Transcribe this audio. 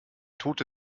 tote